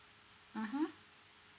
mmhmm